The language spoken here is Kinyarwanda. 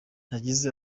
yagize